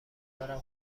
دارم